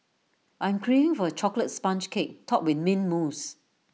I am craving for A Chocolate Sponge Cake Topped with Mint Mousse